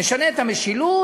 נשנה את המשילות,